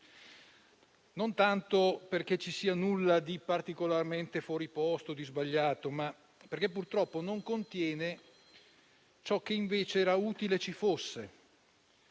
non tanto perché nel testo ci sia qualcosa di particolarmente fuori posto o di sbagliato, ma perché purtroppo esso non contiene ciò che invece era utile ci fosse: